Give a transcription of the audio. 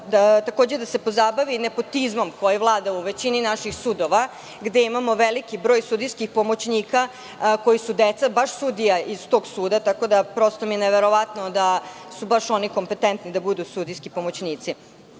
trebalo da se pozabavi nepotizmom koji vlada u većini naših sudova, gde imamo veliki broj sudijskih pomoćnika koji su deca baš sudija iz tog suda, tako da mi je prosto neverovatno da su baš oni kompetentni da budu sudijski pomoćnici. Ovim